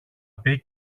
πει